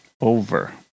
over